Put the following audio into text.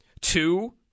Two